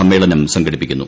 സമ്മേളനം സംഘടിപ്പിക്കുന്നു